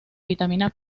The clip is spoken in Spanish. vitamina